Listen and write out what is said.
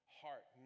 heart